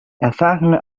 erfahrene